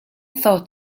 thought